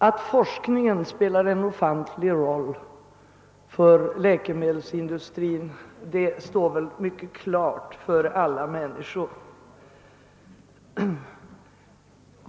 Att forskningen spelar en ofantlig roll för läkemedelsindustrin står väl helt klart för alla människor.